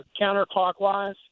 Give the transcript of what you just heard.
counterclockwise